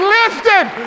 lifted